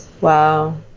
Wow